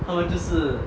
他们就是